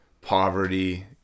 poverty